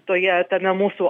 toje tame mūsų